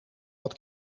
wat